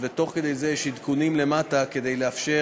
ותוך כדי זה יש עדכונים למטה כדי לאפשר